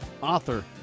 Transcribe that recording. author